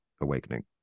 awakening